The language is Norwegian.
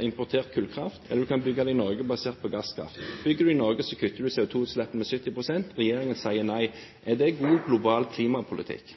importert kullkraft, eller man kan bygge det i Norge basert på gasskraft. Bygger man i Norge, kutter man CO2-utslippene med 70 pst. Regjeringen sier nei. Er det god, global klimapolitikk?